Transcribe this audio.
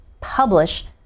publish